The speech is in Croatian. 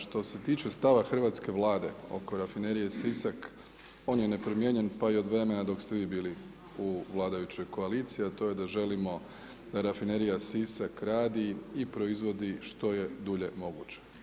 Što se tiče stava hrvatske Vlade oko Rafinerije Sisak on je nepromijenjen, pa i od vremena dok ste vi bili u vladajućoj koaliciji, a to je da želimo da Rafinerija Sisak radi i proizvodi što je dulje moguće.